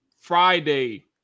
Friday